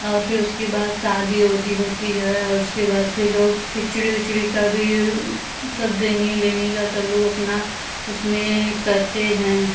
और फिर उसके बाद शादी ओदी होती है उसके बाद फिर लोग खिचड़ी ओचड़ी का भी सब देनी लेनी का सब लोग अपना उसमें करते हैं